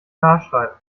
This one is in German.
nachschreiben